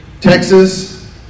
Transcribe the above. Texas